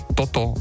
toto